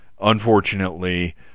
unfortunately